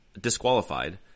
disqualified